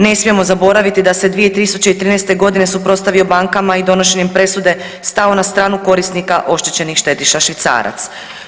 Ne smijemo zaboraviti da se 2013.g. suprotstavio bankama i donošenjem presude stao na stranu korisnika oštećenih štediša švicaraca.